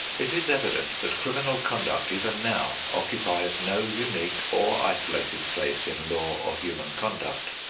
it is evident that criminal conduct even now occupies no unique or isolated place in law or human conduct.